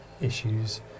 issues